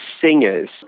singers